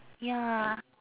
ya